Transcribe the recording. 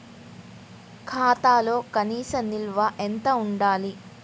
ఖాతాలో కనీస నిల్వ ఎంత ఉండాలి?